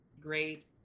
great